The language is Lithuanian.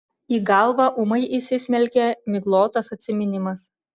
į galvą ūmai įsismelkia miglotas atsiminimas